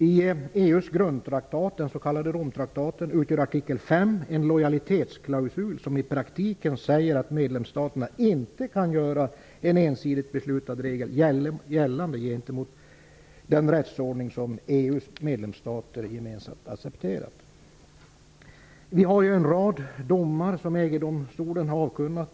I EU:s grundtraktat, det s.k. Romtraktatet, utgör artikel 5 en lojalitetsklausul, som i praktiken säger att medlemsstaterna inte kan göra en ensidigt beslutad regel gällande gentemot den rättsordning som EU:s medlemsstater gemensamt accepterat. Det finns en rad domar som EG-domstolen har avkunnat.